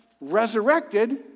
resurrected